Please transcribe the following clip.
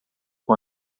com